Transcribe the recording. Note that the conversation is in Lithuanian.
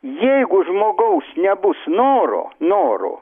jeigu žmogaus nebus noro noro